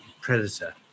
predator